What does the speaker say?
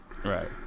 Right